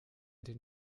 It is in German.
den